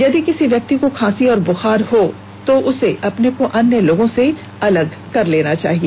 यदि किसी व्यक्ति को खांसी और बुखार आने लगे तो उसे अपने को अन्य लोगों से अलग कर लेना चाहिए